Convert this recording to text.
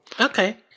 Okay